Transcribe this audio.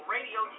Radio